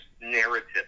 narrative